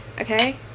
okay